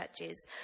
churches